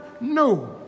no